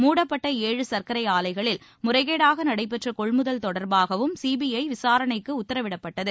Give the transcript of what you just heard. மூடப்பட்ட ஏழு சர்க்கரை ஆலைகளில் முறைகேடாக நடைபெற்ற கொள்முதல் தொடர்பாகவும் சிபிஐ விசாரணைக்கு உத்தரவிடப்பட்டது